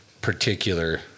particular